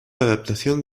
adaptación